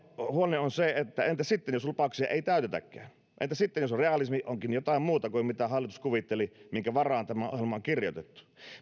on se että entäs sitten jos lupauksia ei täytetäkään entäs sitten jos realismi onkin jotain muuta kuin mitä hallitus kuvitteli minkä varaan tämä ohjelma on kirjoitettu